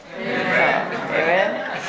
Amen